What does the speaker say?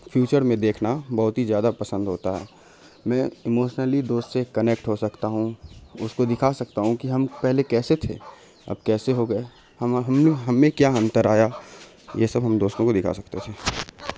future میں دیکھنا بہت ہی زیادہ پسند ہوتا ہے میں ایموشنلی دوست سے کنیکٹ ہو سکتا ہوں اس کو دیکھا سکتا ہوں کہ ہم پہلے کیسے تھے اب کیسے ہو گئے ہم ہم ہمیں کیا انتر آیا یہ سب ہم دوستوں کو دکھا سکتے ہیں